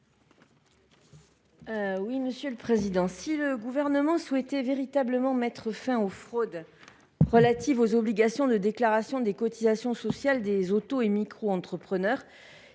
Mme Monique Lubin. Si le Gouvernement souhaitait véritablement mettre fin aux fraudes relatives aux obligations de déclaration des cotisations sociales des autoentrepreneurs